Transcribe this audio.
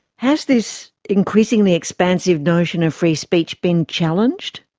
has this increasingly expansive notion of free speech been challenged?